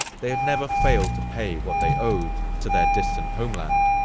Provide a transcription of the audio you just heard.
they had never failed to pay what they owed to their distant homeland.